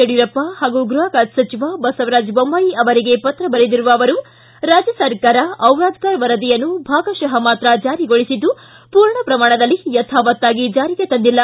ಯಡಿಯೂರಪ್ಪ ಹಾಗೂ ಗ್ಬಪ ಖಾತೆ ಸಚಿವ ಬಸವರಾಜ ಬೊಮ್ಲಾಯಿ ಅವರಿಗೆ ಪತ್ರ ಬರೆದಿರುವ ಅವರು ರಾಜ್ಯ ಸರ್ಕಾರ ಔರಾದ್ಯರ್ ವರದಿಯನ್ನು ಭಾಗಶಃ ಮಾತ್ರ ಜಾರಿಗೊಳಿಸಿದ್ದು ಪೂರ್ಣ ಪ್ರಮಾಣದಲ್ಲಿ ಯಥಾವತ್ನಾಗಿ ಜಾರಿಗೆ ತಂದಿಲ್ಲ